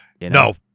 No